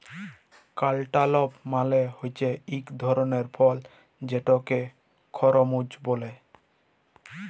cantaloupe মালে হছে ইক ধরলের ফল যেটাকে খরমুজ ব্যলে